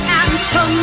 answer